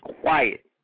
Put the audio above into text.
quiet